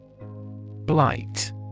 Blight